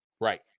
Right